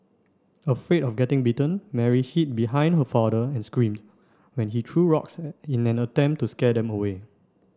afraid of getting bitten Mary hid behind her father and screamed when he threw rocks in an attempt to scare them away